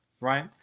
right